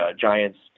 Giants